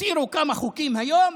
הסירו כמה חוקים היום,